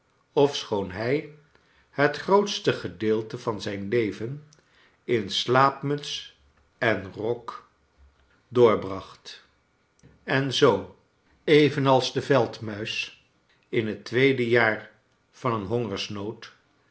ofschoon hij het grootste gedeelte van zijn leven in slaaprnuts en rok doorbracht en zoo evenals de veldrnuis in het tweede jaar van een